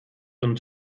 und